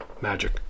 Magic